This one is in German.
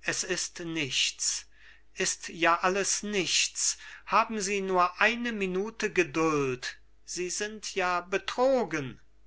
es ist nichts ist ja alles nichts haben sie nur eine minute geduld sie sind ja betrogen